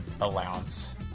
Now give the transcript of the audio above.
allowance